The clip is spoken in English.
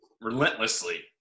relentlessly